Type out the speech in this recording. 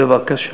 בבקשה.